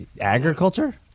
Agriculture